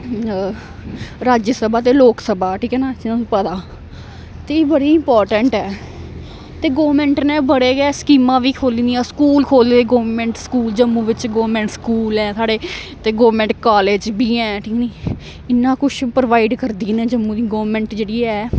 राज्य सभा ते लोक सभा ठीक ऐ ना असें गी पता ते एह् बड़ी इंपार्टैंट ऐ ते गौरमेंट नेै बड़े गै स्कीमां बी खोह्ली दियां स्कूल खोह्ल दे गौरमेंट स्कूल जम्मू बिच गौरमेंट स्कूल ऐ साढ़े ते गौरमेंट कॉलेज बी ऐ ठीक न इन्ना कुछ प्रोवाइड करदी न जम्मू दी गौरमेंट जेह्ड़ी ऐ